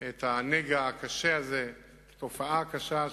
את הנגע הקשה הזה, את התופעה הקשה.